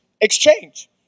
exchange